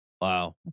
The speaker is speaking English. Wow